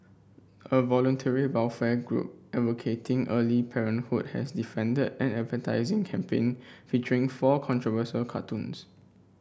a voluntary welfare group advocating early parenthood has defended an advertising campaign featuring four controversial cartoons